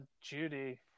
Judy